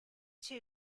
two